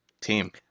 team